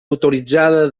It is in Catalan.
autoritzada